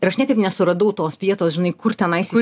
ir aš niekaip nesuradau tos vietos žinai kur tenais